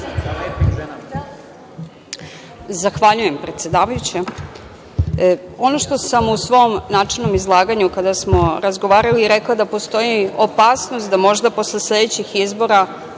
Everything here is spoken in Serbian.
Zahvaljujem, predsedavajuća. Ono što sam u svom načelnom izlaganju kada smo razgovarali, rekla da postoji opasnost da možda posle sledećih izbora